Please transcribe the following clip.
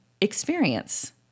experience